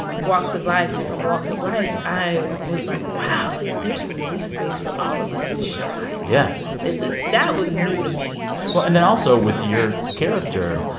and walks of life different walks of life, i was like, wow, like, there's really space for all of us to shine yeah this is that was new to me well and then, also, with your character,